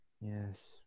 Yes